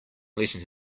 letting